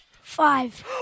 Five